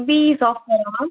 BE சாஃப்ட்வேரா ma'am